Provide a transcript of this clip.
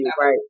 Right